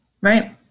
right